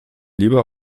lieber